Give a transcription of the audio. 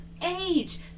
age